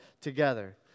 together